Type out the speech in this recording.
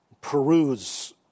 peruse